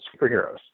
superheroes